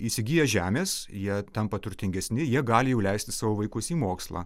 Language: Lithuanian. įsigiję žemės jie tampa turtingesni jie gali jau leisti savo vaikus į mokslą